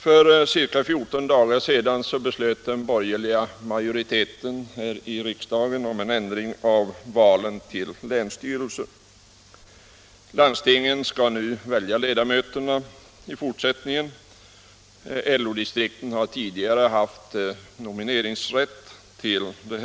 För ca 14 dagar sedan beslöt den borgerliga majoriteten här i riksdagen om en ändring av valen till länsstyrelsena. Landstingen skall i fortsättningen välja ledamöterna till dessa; LO-distrikten har tidigare haft nomineringsrätt till länsstyrelserna.